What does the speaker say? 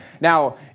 Now